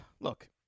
Look